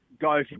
go